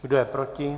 Kdo je proti?